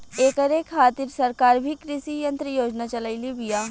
ऐकरे खातिर सरकार भी कृषी यंत्र योजना चलइले बिया